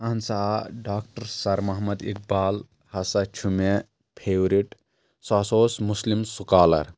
اہن سا doctor sir Muhammad Iqbal ہسا چھُ مےٚ فیورِٹ سُہ ہسا اوس مُسلِم سُکالر